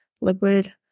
liquid